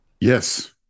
Yes